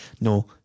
no